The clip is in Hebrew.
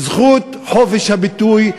זכות חופש הביטוי,